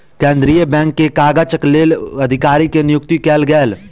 केंद्रीय बैंक के काजक लेल अधिकारी के नियुक्ति कयल गेल